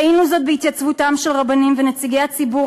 ראינו זאת בהתייצבותם של רבנים ונציגי הציבור